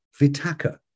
vitaka